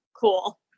cool